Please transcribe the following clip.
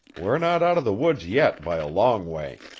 we're not out of the woods yet, by a long way.